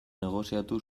negoziatu